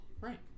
right